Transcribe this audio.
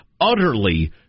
utterly